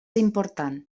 important